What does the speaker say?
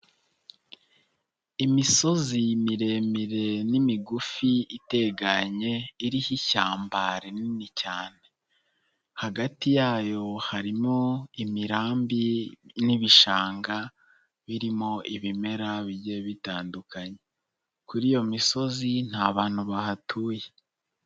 Imisozi miremire n'imigufi itekanye iriho ishyamba rinini cyane, hagati yayo harimo imirambi n'ibishanga birimo ibimera bigiye bitandukanye. Kuri iyo misozi nta bantu bahatuye.